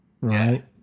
right